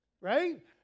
right